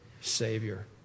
Savior